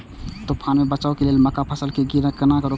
तुफान से बचाव लेल मक्का फसल के गिरे से केना रोकी?